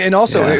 and also,